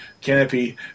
canopy